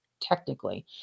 technically